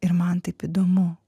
ir man taip įdomu